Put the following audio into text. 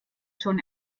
schon